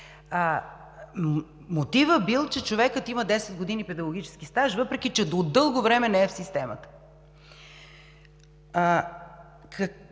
Мотивът бил, че човекът има десет години педагогически стаж, въпреки че от дълго време не е в системата.